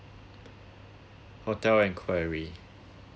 hotel enquiry